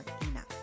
enough